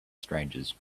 strangers